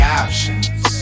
options